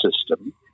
system